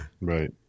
right